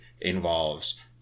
involves